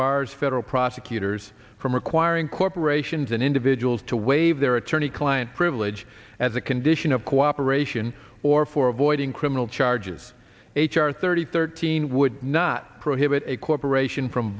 bars federal prosecutors from requiring corporations and individuals to waive their attorney client privilege as a condition of cooperation or for avoiding criminal charges h r thirty thirteen would not prohibit a corporation from